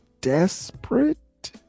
desperate